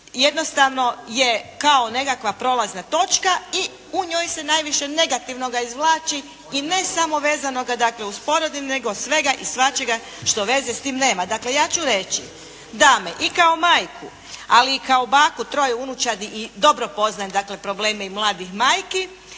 jednostavno je kao nekakva prolazna točka i u njoj se najviše negativnoga izvlači i ne samo vezanoga dakle uz porodiljne, nego svega i svačega što veze s tim nema. Dakle ja ću reći da me i kao majku, ali i kao baku troje unučadi i dobro poznajem dakle probleme i mladih majki,